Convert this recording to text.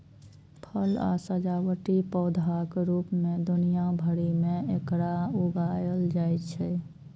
फल आ सजावटी पौधाक रूप मे दुनिया भरि मे एकरा उगायल जाइ छै